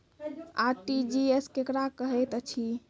RTGS केकरा कहैत अछि?